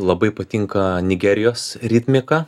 labai patinka nigerijos ritmika